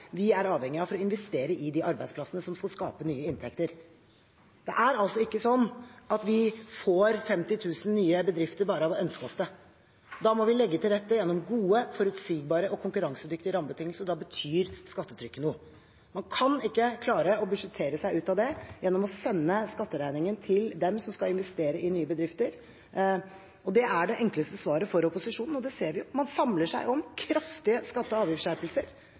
vi er avhengig av for å investere i de arbeidsplassene som skal skape nye inntekter. Det er ikke sånn at vi får 50 000 nye bedrifter bare av å ønske oss det. Da må vi legge til rette gjennom gode, forutsigbare og konkurransedyktige rammebetingelser, og da betyr skattetrykket noe. Man kan ikke klare å budsjettere seg ut av det gjennom å sende skatteregningen til dem som skal investere i nye bedrifter. Det er det enkleste svaret for opposisjonen, og det ser vi jo. Man samler seg om kraftige skatte- og avgiftsskjerpelser,